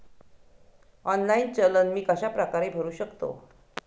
Online चलन मी कशाप्रकारे भरु शकतो?